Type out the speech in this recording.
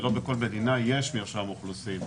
שלא בכל מדינה יש מרשם אוכלוסין.